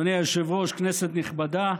אדוני היושב-ראש, כנסת נכבדה,